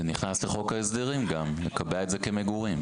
זה נכנס לחוק ההסדרים גם, מקבע את זה כמגורים.